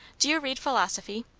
do you read philosophy?